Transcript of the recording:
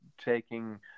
taking